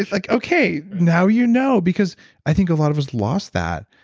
like, okay, now you know because i think a lot of us lost that.